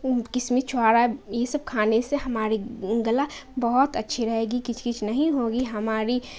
کشمش چھوہارا یہ سب کھانے سے ہماری گلا بہت اچھی رہے گی کچھ کچھ نہیں ہوگی ہماری